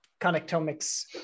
Connectomics